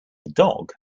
dog